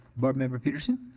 board member petersen?